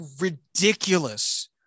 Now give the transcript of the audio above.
ridiculous